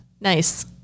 Nice